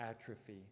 atrophy